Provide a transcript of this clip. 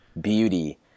Beauty